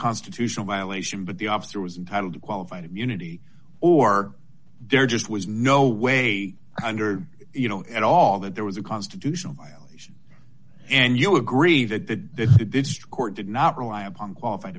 constitutional violation but the officer was titled qualified immunity or there just was no way under you know at all that there was a constitutional violation and you agree that the district court did not rely upon qualified